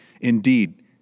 Indeed